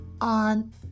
on